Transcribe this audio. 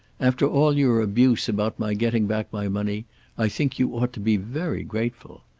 after all your abuse about my getting back my money i think you ought to be very grateful.